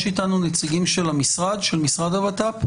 יש איתנו נציגים של משרד הבט"פ?